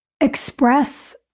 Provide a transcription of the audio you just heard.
express